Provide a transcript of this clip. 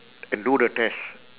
and do the test